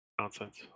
nonsense